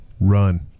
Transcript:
run